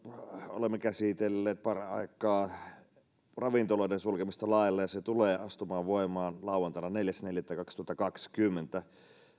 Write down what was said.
olemme käsittelemässä paraikaa ravintoloiden sulkemista lailla ja se tulee astumaan voimaan lauantaina neljäs neljättä kaksituhattakaksikymmentä